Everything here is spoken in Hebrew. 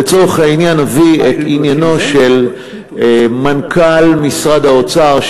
לצורך העניין נביא את עניינו של מנכ"ל משרד האוצר,